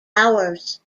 hours